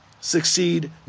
succeed